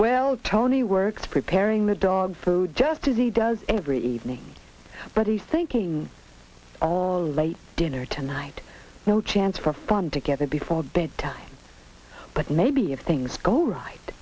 well tony works preparing the dog food just as he does every evening but he's thinking all late dinner tonight no chance for fun together before bedtime but maybe if things go all right